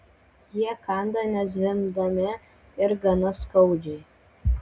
jie kanda nezvimbdami ir gana skaudžiai